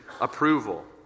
approval